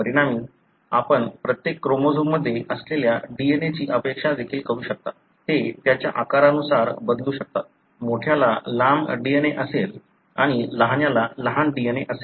परिणामी आपण प्रत्येक क्रोमोझोममध्ये असलेल्या DNA ची अपेक्षा देखील करू शकता ते त्याच्या आकारानुसार बदलू शकता मोठ्याला लांब DNA असेल आणि लहान्याला लहान DNA असेल